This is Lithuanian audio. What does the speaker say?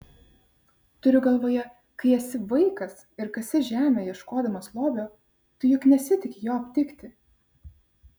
turiu galvoje kai esi vaikas ir kasi žemę ieškodamas lobio tu juk nesitiki jo aptikti